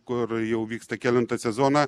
kur jau vyksta kelintą sezoną